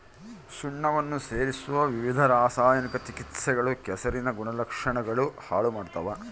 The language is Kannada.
ಸುಣ್ಣವನ್ನ ಸೇರಿಸೊ ವಿವಿಧ ರಾಸಾಯನಿಕ ಚಿಕಿತ್ಸೆಗಳು ಕೆಸರಿನ ಗುಣಲಕ್ಷಣಗುಳ್ನ ಹಾಳು ಮಾಡ್ತವ